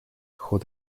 ход